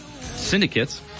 syndicates